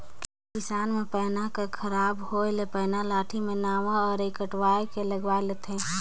किसान मन पैना कर खराब होए ले पैना लाठी मे नावा अरई कटवाए के लगवाए लेथे